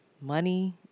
money